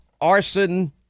arson